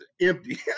empty